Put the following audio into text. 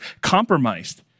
compromised